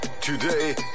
Today